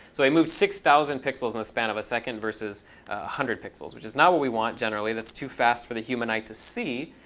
so we moved six thousand pixels in the span of a second versus one hundred pixels, which is not what we want, generally. that's too fast for the human eye to see.